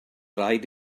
rhaid